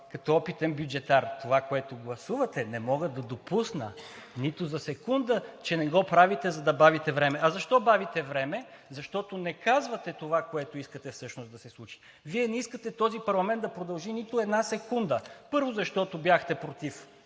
като опитен бюджетар. Това, за което гласувате, не мога да допусна нито за секунда, че не го правите, за да бавите време. А защо бавите време? Защото не казвате това, което искате всъщност да се случи – Вие не искате този парламент да продължи нито една секунда, първо, защото бяхте против